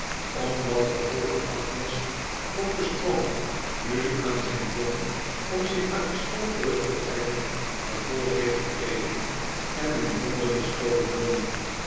omdat vervolgde agnes doctor strong nu aan zijn plan om zich uit de school terug te trekken gevolg heeft gegeven en in londen is komen wonen